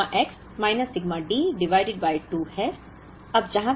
तो plus sigma X minus sigma D divided by 2 है